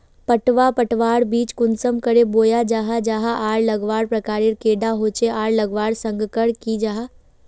पटवा पटवार बीज कुंसम करे बोया जाहा जाहा आर लगवार प्रकारेर कैडा होचे आर लगवार संगकर की जाहा?